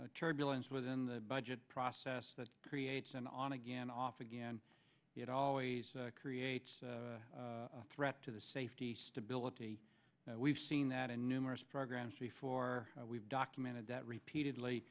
turbulence within the budget process that creates an on again off again it always creates a threat to the safety stability we've seen that in numerous programs before we've documented that repeatedly